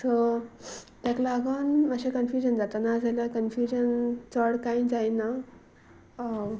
so तेका लागोन मातशें कन्फ्युजन जाता न जाल्यार कन्फ्युजन चड कांय जायना